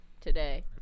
today